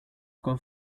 con